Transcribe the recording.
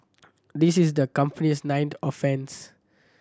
this is the company's ninth offence